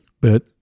but-